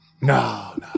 no